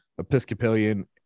Episcopalian